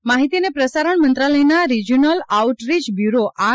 workshop માહિતી અને પ્રસારણ મંત્રાલયના regional outreach bureau R